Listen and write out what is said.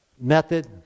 method